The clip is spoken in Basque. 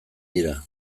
dira